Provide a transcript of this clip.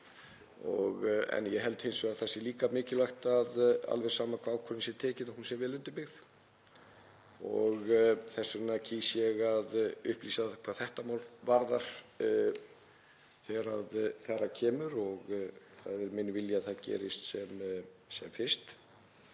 Ég held hins vegar að það sé líka mikilvægt, alveg sama hvaða ákvörðun er tekin, að hún sé vel undirbyggð. Þess vegna kýs ég að upplýsa hvað þetta mál varðar þegar þar að kemur. Það er minn vilji að það gerist sem fyrst.